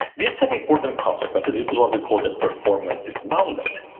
this has important consequences, this is what we call that performance is bounded.